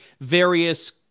various